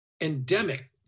endemic